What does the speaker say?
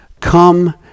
Come